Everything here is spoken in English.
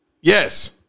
Yes